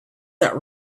that